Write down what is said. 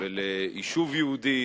וליישוב יהודי